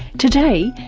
today,